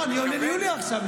לא, אני עונה ליוליה עכשיו.